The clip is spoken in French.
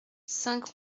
cinq